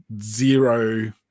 zero